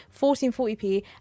1440p